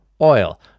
oil